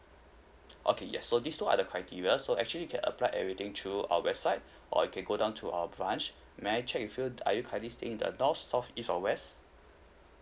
okay yes so these two are the criteria so actually you can apply everything through our website or you can go down to our branch may I check with you are you currently staying in the north south east or west